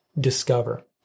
discover